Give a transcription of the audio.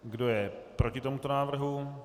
Kdo je proti tomuto návrhu?